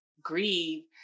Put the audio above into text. grieve